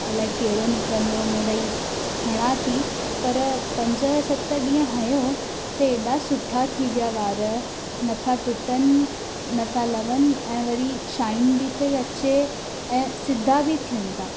अलाए कहिड़ो निकरंदो मिड़ेई हणा थी पर पंज सत ॾींहं हयो त एॾा सुठा थी विया वार नथा टुटनि नथा लवनि ऐं वरी शाइन बि थी अचे ऐं सिधा बि थियनि था